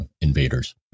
invaders